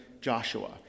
Joshua